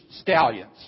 stallions